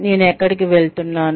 నేను ఎక్కడికి వెళ్తున్నాను